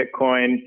Bitcoin